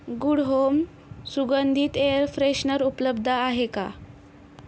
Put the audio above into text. good home सुगंधित air freshener उपलब्ध आहे का